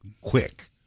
quick